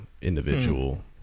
individual